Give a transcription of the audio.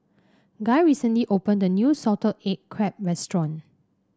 Guy recently opened a new Salted Egg Crab restaurant